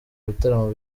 bitaramo